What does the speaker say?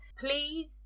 please